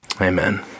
Amen